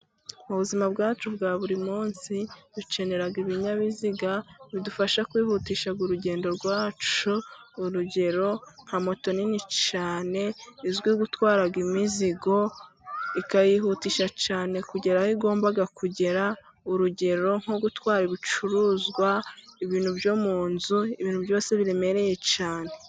Mu buzima bwacu bwa buri munsi, dukenera ibinyabiziga bidufasha kwihutisha urugendo rwacu, urugero nka moto nini cyane izwiho gutwara imizigo, ikayihutisha cyane kugera aho igomba kugera, urugero nko gutwara ibicuruzwa, ibintu byo mu nzu, ibintu byose biremereye cyane.